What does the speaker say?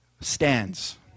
stands